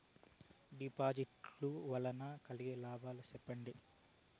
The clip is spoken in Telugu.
డిపాజిట్లు లు వల్ల కలిగే లాభాలు సెప్పండి?